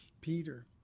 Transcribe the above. Peter